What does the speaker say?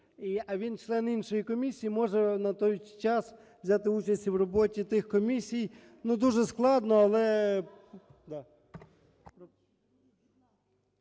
а він член іншої комісії, може на той час взяти участь в роботі тих комісій. Дуже складно, але…